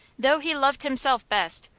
though he loved himself best,